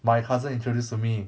my cousin introduce to me